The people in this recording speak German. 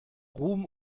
ruhm